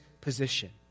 position